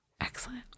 Excellent